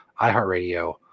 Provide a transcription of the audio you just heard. iHeartRadio